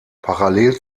parallel